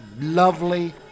lovely